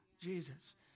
Jesus